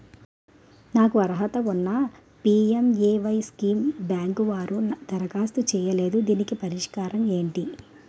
నాకు అర్హత ఉన్నా పి.ఎం.ఎ.వై స్కీమ్ బ్యాంకు వారు దరఖాస్తు చేయలేదు దీనికి పరిష్కారం ఏమిటి?